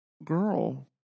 girl